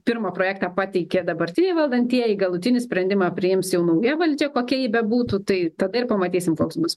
pirmą projektą pateikė dabartiniai valdantieji galutinį sprendimą priims jau nauja valdžia kokia ji bebūtų tai tada ir pamatysim koks bus